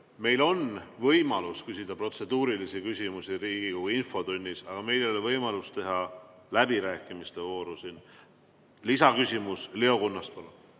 meil on võimalus küsida protseduurilisi küsimusi Riigikogu infotunnis, aga meil ei ole võimalust tekitada siin läbirääkimiste vooru. Lisaküsimus. Leo Kunnas, palun!